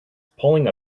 pulling